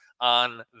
on